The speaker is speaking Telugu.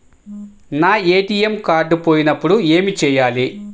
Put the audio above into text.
నా ఏ.టీ.ఎం కార్డ్ పోయినప్పుడు ఏమి చేయాలి?